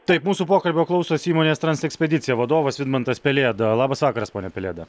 taip mūsų pokalbio klausosi įmonės transekspedicija vadovas vidmantas pelėda labas vakaras pone pelėda